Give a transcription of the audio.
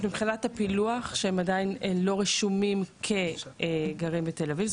מבחינת הפילוח שהם עדיין לא רשומים כגרים בתל אביב,